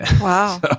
Wow